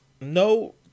No